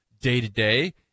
Day-to-day